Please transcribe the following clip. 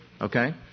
Okay